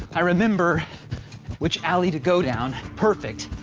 i remember which alley to go down. perfect.